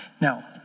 Now